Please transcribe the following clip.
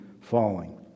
falling